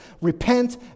repent